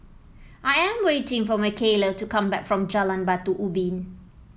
I am waiting for Makayla to come back from Jalan Batu Ubin